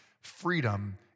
freedom